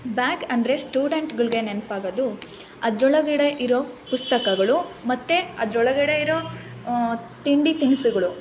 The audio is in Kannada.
ಬ್ಯಾಗ್ ಅಂದರೆ ಸ್ಟೂಡೆಂಟ್ಗಳಿಗೆ ನೆನಪಾಗೋದು ಅದರೊಳಗಡೆ ಇರೋ ಪುಸ್ತಕಗಳು ಮತ್ತೇ ಅದರೊಳಗಡೆ ಇರೋ ತಿಂಡಿ ತಿನಿಸುಗಳು